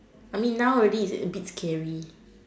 I mean now already it's a bit scary